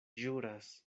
ĵuras